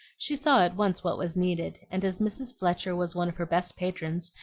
she saw at once what was needed, and as mrs. fletcher was one of her best patrons,